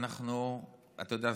אתה יודע,